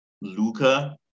Luca